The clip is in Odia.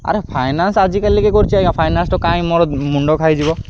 ଆରେ ଫାଇନାନ୍ସ ଆଜିକାଲି କିଏ କରୁଛି ଆଜ୍ଞା ଫାଇନାନ୍ସ ଟ କାଇଁ ମୋର ମୁଣ୍ଡ ଖାଇଯିବ